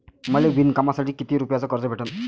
मले विणकामासाठी किती रुपयानं कर्ज भेटन?